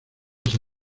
esa